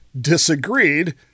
disagreed